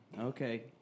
Okay